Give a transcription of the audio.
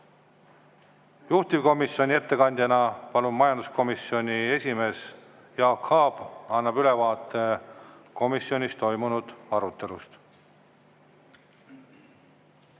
juhtivkomisjoni ettekandja. Palun, majanduskomisjoni esimees Jaak Aab annab ülevaate komisjonis toimunud arutelust.